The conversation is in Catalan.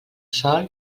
sol